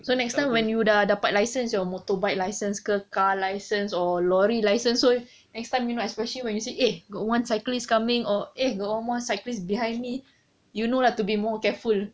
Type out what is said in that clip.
so next time when you dah dapat license your motorbike licence ke car license or lorry license so next time you know especially when you see eh got one cyclist coming or eh got one cyclists behind me you know lah to be more careful